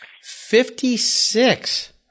Fifty-six